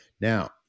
Now